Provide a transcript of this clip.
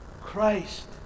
Christ